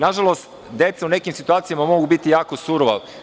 Nažalost, deca u nekim situacijama mogu biti jako surova.